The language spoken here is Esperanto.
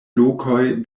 lokoj